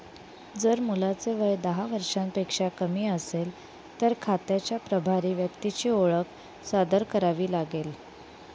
जर मुलाचे वय दहा वर्षांपेक्षा कमी असेल, तर खात्याच्या प्रभारी व्यक्तीची ओळख सादर करावी लागेल